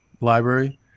library